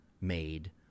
made